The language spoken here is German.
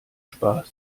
spaß